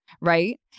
right